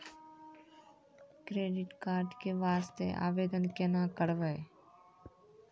Credit card के वास्ते आवेदन केना करबै?